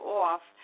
off